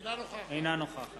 אינה נוכחת